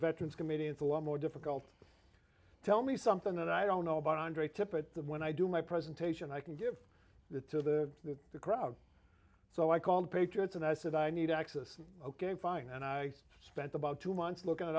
veterans committee and a lot more difficult to tell me something that i don't know about andre tippett when i do my presentation i can give that to the the crowd so i called patriots and i said i need access ok fine and i spent about two months looking it